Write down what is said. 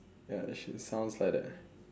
ya she sounds like that